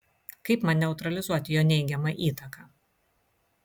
kaip man neutralizuoti jo neigiamą įtaką